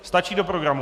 Stačí do programu?